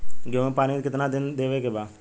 गेहूँ मे पानी कितनादेवे के बा?